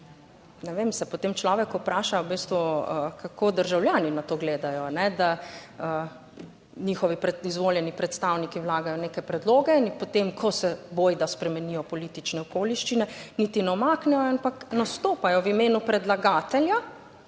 ne vem, se potem človek vpraša v bistvu, kako državljani na to gledajo, da njihovi izvoljeni predstavniki vlagajo neke predloge in potem, ko se bojda spremenijo politične okoliščine, niti ne umaknejo. ampak nastopajo v imenu predlagatelja